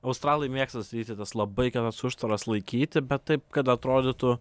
australai mėgsta statyti tas labai geras užtvaras laikyti bet taip kad atrodytų